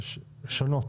שונות.